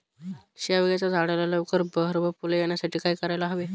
शेवग्याच्या झाडाला लवकर बहर व फूले येण्यासाठी काय करायला हवे?